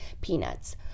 peanuts